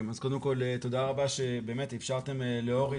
קודם כל תודה רבה שהקשבתם לאורי,